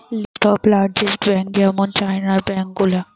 list of largest bank যেমন চাইনার bank গুলা